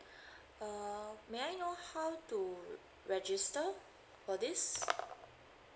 uh may I know how to register for this